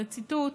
זה ציטוט,